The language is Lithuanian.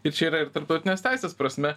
ir čia yra ir tarptautinės teisės prasme